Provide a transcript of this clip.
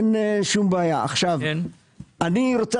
אני רוצה